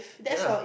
yeah